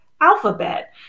alphabet